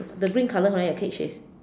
the green color line of cake is